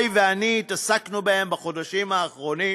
ואני התעסקנו בהם בחודשים האחרונים,